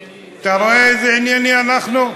ענייני, אתה רואה איזה ענייניים אנחנו?